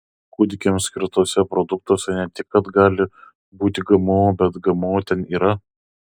kūdikiams skirtuose produktuose ne tik kad gali būti gmo bet gmo ten yra